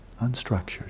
unstructured